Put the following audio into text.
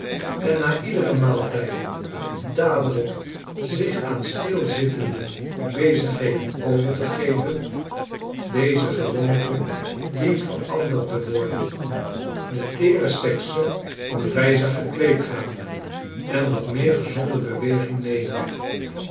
en naiederenmaaltijd dadelyk zich aan stilzittende bezigheden over te geven deze gewoonte dient veranderd te worden de teere sekse moet wijzer gekleed gaan en wat meer gezonde beweging nemen